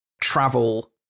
travel